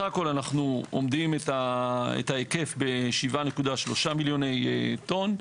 סך הכול אנחנו אומדים את ההיקף ב-7.3 מיליון טון.